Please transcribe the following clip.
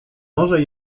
może